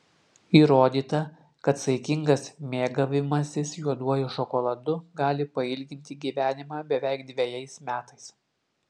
įrodyta kad saikingas mėgavimasis juoduoju šokoladu gali pailginti gyvenimą beveik dvejais metais